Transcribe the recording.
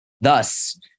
Thus